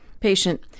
patient